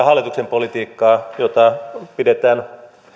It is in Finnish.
hallituksen politiikkaa jota pidetään